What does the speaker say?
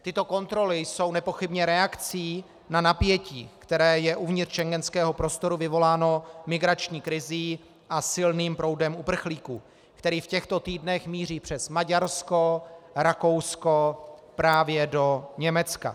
Tyto kontroly jsou nepochybně reakcí na napětí, které je uvnitř schengenského prostoru vyvoláno migrační krizí a silným proudem uprchlíků, který v těchto týdnech míří přes Maďarsko, Rakousko právě do Německa.